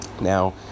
Now